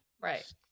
Right